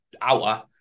hour